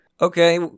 Okay